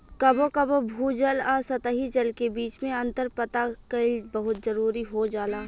कबो कबो भू जल आ सतही जल के बीच में अंतर पता कईल बहुत जरूरी हो जाला